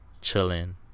chilling